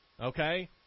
Okay